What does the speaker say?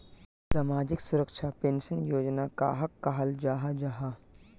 सामाजिक सुरक्षा पेंशन योजना कहाक कहाल जाहा जाहा?